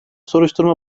soruşturma